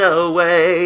away